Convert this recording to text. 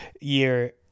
year